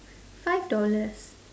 five dollars